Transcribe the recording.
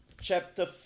chapter